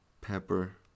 Pepper